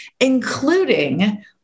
including